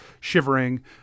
shivering